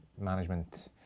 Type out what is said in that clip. management